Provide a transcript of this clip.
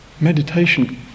meditation